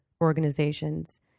organizations